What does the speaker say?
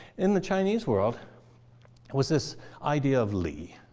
in the chinese world was this idea of li.